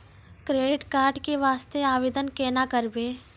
Credit card के वास्ते आवेदन केना करबै?